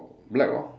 black lor